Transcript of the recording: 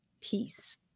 Peace